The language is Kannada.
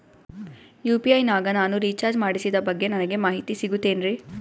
ಯು.ಪಿ.ಐ ನಾಗ ನಾನು ರಿಚಾರ್ಜ್ ಮಾಡಿಸಿದ ಬಗ್ಗೆ ನನಗೆ ಮಾಹಿತಿ ಸಿಗುತೇನ್ರೀ?